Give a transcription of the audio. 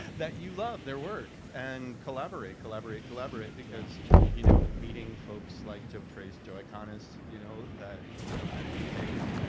that you love their work, and collaborate, collaborate, collaborate because you know meeting folks like joe tracz, joe iconis, you know you know anna k. jacobs,